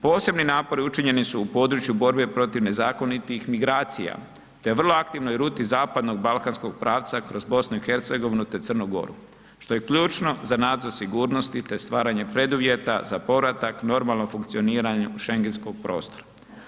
Posebni napori učinjeni su u području borbe protiv nezakonitih migracija, te vrlo aktivnoj ruti zapadnog balkanskog pravca kroz BiH, te Crnu Goru, što je ključno za nadzor sigurnosti, te stvaranje preduvjeta za povratak i normalno funkcioniranje šengenskog prostora.